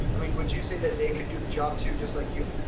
i mean would you say that they could do the job too just like you?